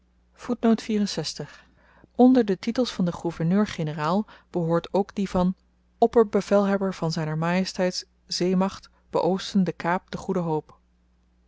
onder de titels van den gouverneur-generaal behoort ook die van opperbevelhebber van zr ms zeemacht beoosten de kaap de goede hoop